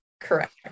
Correct